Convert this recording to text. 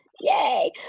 Yay